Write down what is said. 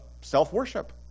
self-worship